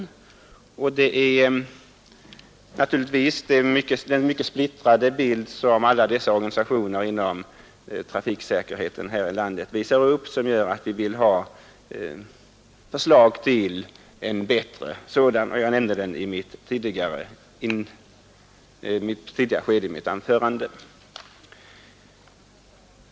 Anledningen till att vi begär en sådan översyn är naturligtvis den mycket splittrade bild som alla dessa organisationer som nu är verksamma inom trafiksäkerhetsarbetet här i landet visar upp.